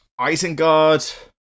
Isengard